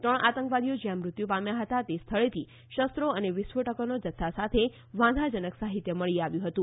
ત્રણ આતંકવાદીઓ જ્યાં મૃત્યુ પામ્યા હતા તે સ્થળેથી શસ્ત્રો અને વિસ્ફોટકોના જથ્થા સાથે વાંધાજનક સાહિત્ય મળી આવ્યું હતું